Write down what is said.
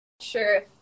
sure